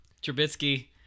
Trubisky